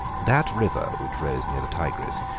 that river, which rose near the tigris,